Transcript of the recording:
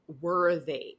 Worthy